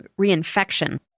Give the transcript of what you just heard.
reinfection